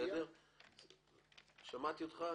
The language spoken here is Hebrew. שמעתי אותך.